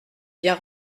bien